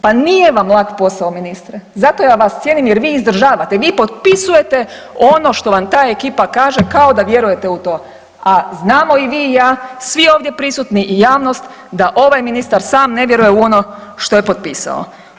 Pa nije vam lak posao ministre zato ja vas cijenim jer vi izdržavate, vi potpisujete ono što vam ta ekipa kaže kao da vjerujete u to, a znamo i vi, i ja, svi ovdje prisutni i javnost da ovaj ministar sam ne vjeruje u ono što je potpisao.